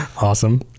Awesome